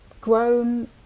grown